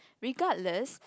regardless